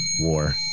war